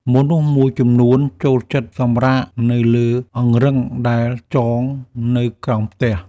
មនុស្សមួយចំនួនចូលចិត្តសម្រាកនៅលើអង្រឹងដែលចងនៅក្រោមផ្ទះ។